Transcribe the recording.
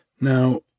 Now